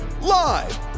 Live